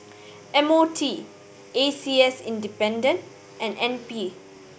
M O T A C S and N P